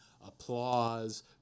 applause